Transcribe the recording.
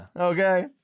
Okay